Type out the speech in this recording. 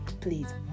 please